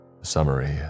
Summary